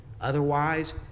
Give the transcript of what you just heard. Otherwise